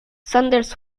sanders